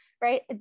right